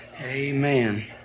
Amen